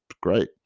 great